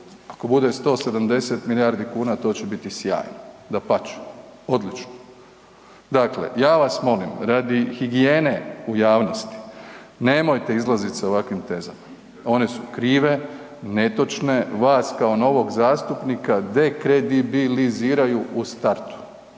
ako bude 170 to će biti sjajno, dapače, odlično. Dakle, ja vas molim radi higijene u javnosti nemojte izlaziti sa ovakvim tezama, one su krive, netočne, vas kao novog zastupnika dekredibiliziraju u startu.